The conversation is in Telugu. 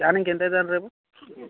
స్కానింగ్కి ఎంత అవుతుంది అండి రేపు